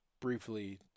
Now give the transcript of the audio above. briefly